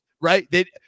Right